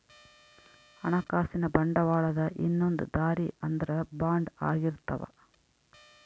ಹಣಕಾಸಿನ ಬಂಡವಾಳದ ಇನ್ನೊಂದ್ ದಾರಿ ಅಂದ್ರ ಬಾಂಡ್ ಆಗಿರ್ತವ